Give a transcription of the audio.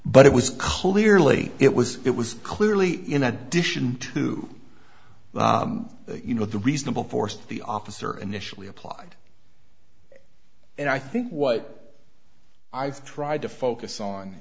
but it was clearly it was it was clearly in addition to the you know the reasonable force the officer initially applied and i think what i've tried to focus on